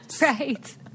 Right